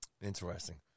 Interesting